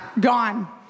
Gone